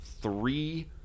three